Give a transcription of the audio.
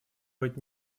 быть